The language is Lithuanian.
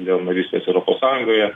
dėl narystės europos sąjungoje